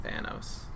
thanos